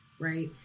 Right